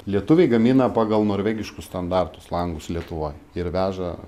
lietuviai gamina pagal norvegiškus standartus langus lietuvoj ir veža